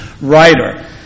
writer